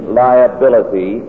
liability